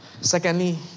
Secondly